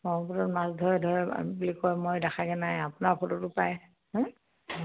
ব্ৰহ্মপুত্ৰত মাছ ধৰে ধৰে বুলি কয় মই দেখাগে নাই আৰু আপোনাৰ ফটোটো পায়